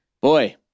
Boy